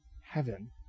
heaven